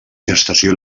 gestació